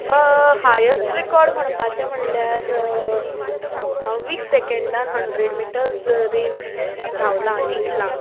highest record म्हणपाचें म्हणल्यार हांव वीस सेकेंडान हंड्रेड मिटर्ज रेस धांवलां जिकलां